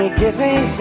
kissing